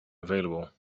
available